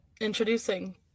Introducing